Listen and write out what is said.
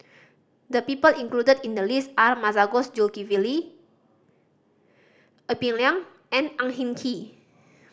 the people included in the list are Masagos Zulkifli Ee Peng Liang and Ang Hin Kee